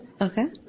Okay